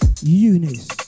Eunice